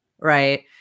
Right